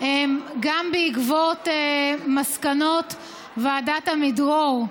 גם בעקבות מסקנות ועדת עמידרור.